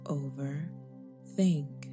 overthink